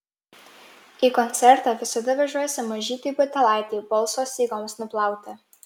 į koncertą visada vežuosi mažytį butelaitį balso stygoms nuplauti